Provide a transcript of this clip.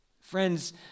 Friends